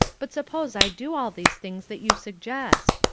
but suppose i do all these things that you suggest.